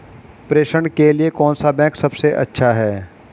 प्रेषण के लिए कौन सा बैंक सबसे अच्छा है?